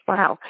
Wow